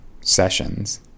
sessions